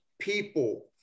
people